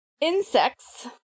Insects